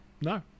no